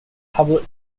public